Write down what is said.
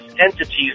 entities